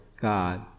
God